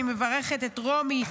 אני מברכת את רומי,